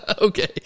Okay